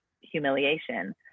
humiliation